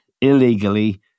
illegally